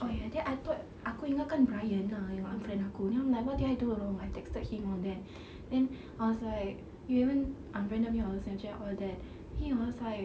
oh ya then I thought aku ingatkan bryan ah yang unfriend aku then I'm like what did I do wrong I texted him all that then I was like you even unfriended me on snapchat all that he was like